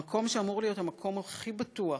המקום שאמור להיות המקום הכי בטוח